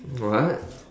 what